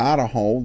Idaho